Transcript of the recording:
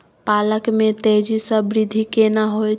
पालक में तेजी स वृद्धि केना होयत?